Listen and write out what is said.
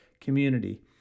community